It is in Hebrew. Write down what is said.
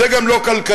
וזה גם לא כלכלי.